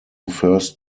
first